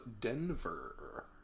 Denver